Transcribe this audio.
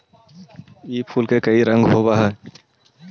इस फूल के कई रंग होव हई